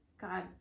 God